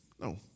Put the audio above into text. No